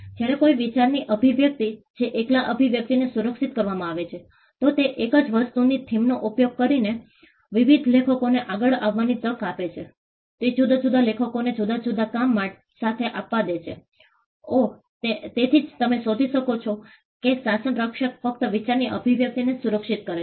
જ્યારે કોઈ વિચારની અભિવ્યક્તિ જે એકલા અભિવ્યક્તિને સુરક્ષિત કરવામાં આવે છે તો તે એક જ વસ્તુની થીમનો ઉપયોગ કરીને વિવિધ લેખકોને આગળ આવવાની તક આપે છે તે જુદા જુદા લેખકોને જુદા જુદા કામ સાથે આવવા દે છે ઓહ તેથી જ તમે શોધી શકો છો કે શાસન રક્ષણ ફક્ત વિચારની અભિવ્યક્તિને જ સુરક્ષિત કરે છે